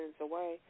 away